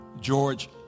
George